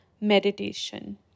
Meditation